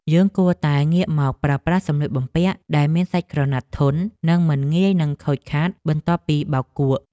យើងគួរតែងាកមកប្រើប្រាស់សម្លៀកបំពាក់ដែលមានសាច់ក្រណាត់ធន់ និងមិនងាយនឹងខូចខាតបន្ទាប់ពីបោកគក់។